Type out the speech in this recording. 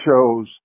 shows